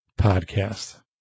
Podcast